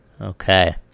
okay